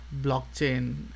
blockchain